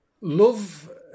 love